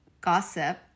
gossip